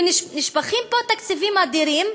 ונשפכים פה תקציבים אדירים,